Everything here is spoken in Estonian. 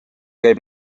käib